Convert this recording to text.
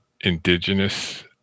indigenous